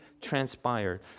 transpired